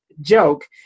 joke